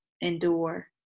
endure